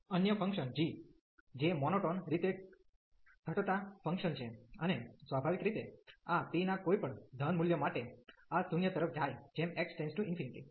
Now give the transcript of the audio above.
અન્ય function g જે monotone રીતે ઘટતા ફંક્શન છે અને સ્વાભાવિક રીતે આ p ના કોઈ પણ ધન મુલ્ય માટે આ 0 તરફ જાય જેમ x →∞